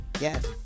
Yes